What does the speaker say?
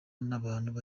n’abantu